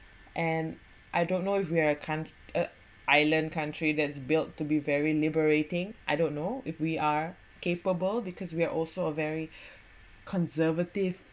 and I don't know if we are a count~ uh island country that's built to be very liberating I don't know if we are capable because we are also a very conservative